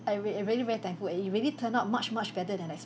I re~ I very very thankful eh it really turned out much much better than expected